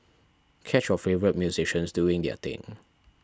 catch your favourites musicians doing their thing